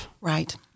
Right